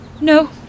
No